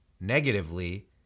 negatively